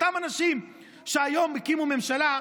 אותם אנשים שהיום הקימו ממשלה,